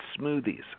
smoothies